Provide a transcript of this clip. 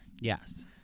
Yes